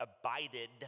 abided